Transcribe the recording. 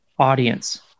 Audience